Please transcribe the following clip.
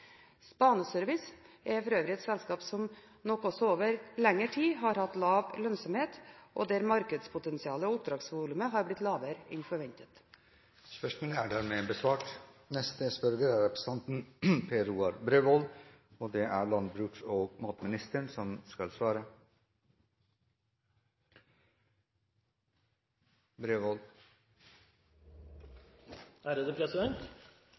er for øvrig et selskap som også over lengre tid har hatt lav lønnsomhet, og der markedspotensialet og oppdragsvolumet har blitt lavere enn forventet. Jeg ønsker å stille landbruks- og matministeren følgende spørsmål: «Økonomien innenfor skogbruksnæringen er forholdsvis dårlig for tiden. Det skyldes både høye kostnader og